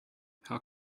how